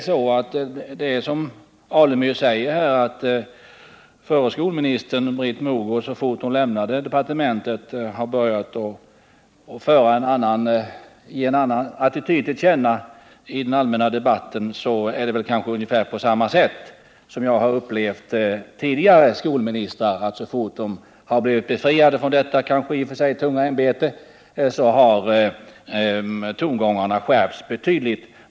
Stig Alemyr säger att förra skolministern Britt Mogård så fort hon lämnade departementet började ge en annan attityd till känna i den allmänna debatten. Det är kanske ungefär på samma sätt jag har upplevt tidigare skolministrar. Så fort de har blivit befriade från detta kanske i och för sig tunga ämbete har tongångarna skärpts betydligt.